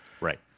Right